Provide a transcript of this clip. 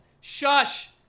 Shush